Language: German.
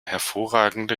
hervorragende